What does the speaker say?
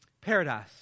Paradise